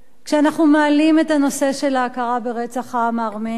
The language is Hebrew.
כשאנחנו מעלים את הנושא של ההכרה ברצח העם הארמני,